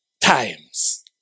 times